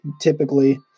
typically